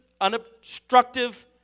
unobstructive